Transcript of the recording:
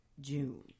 June